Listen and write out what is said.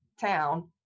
town